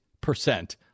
percent